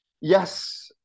yes